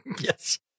Yes